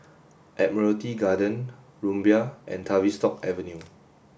Admiralty Garden Rumbia and Tavistock Avenue